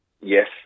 yes